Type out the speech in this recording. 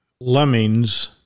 lemmings